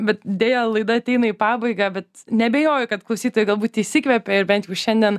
bet deja laida ateina į pabaigą bet neabejoju kad klausytojai galbūt įsikvepia ir bent jau šiandien